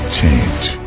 change